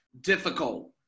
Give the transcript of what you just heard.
difficult